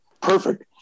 perfect